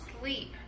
sleep